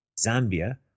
Zambia